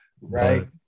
Right